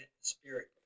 spirit